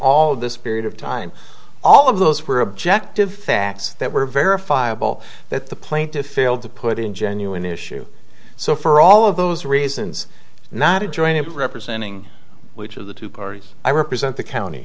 of this period of time all of those were objective facts that were verifiable that the plaintiff failed to put in genuine issue so for all of those reasons not to join it representing which of the two parties i represent the county